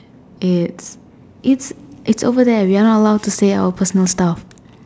it's it's it's over there we are not allowed to say our personal stuff